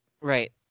Right